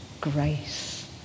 grace